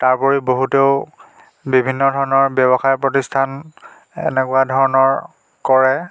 তাৰোপৰি বহুতেও বিভিন্ন ধৰণৰ ব্যৱসায় প্ৰতিষ্ঠান এনেকুৱা ধৰণৰ কৰে